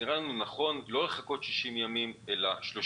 נראה לנו נכון לא לחכות 60 ימים אלא 30